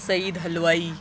سعید حلوائی